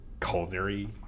culinary